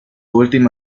último